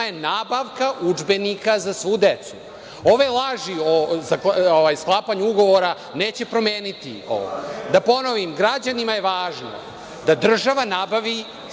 je nabavka udžbenika za svu decu. Ove laži o sklapanju ugovora neće promeniti ovo. Da ponovim, građanima je važno da država nabavi